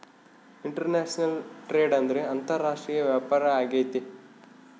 international trade ಅಂದ್ರೆ ಅಂತಾರಾಷ್ಟ್ರೀಯ ವ್ಯಾಪಾರ ಆಗೈತೆ